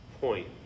point